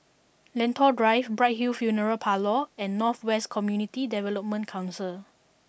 Lentor Drive Bright Hill Funeral Parlour and North West Community Development Council